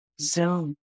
Zoom